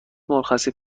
مرخصی